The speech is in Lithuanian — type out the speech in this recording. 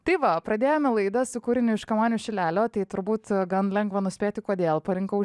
tai va pradėjome laidą su kūriniu iš kamanių šilelio tai turbūt gan lengva nuspėti kodėl parinkau